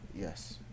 Yes